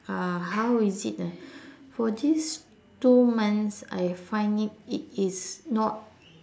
uh how is it ah for these two months I find it it is not